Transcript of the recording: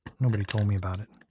nobody told me about it.